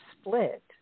split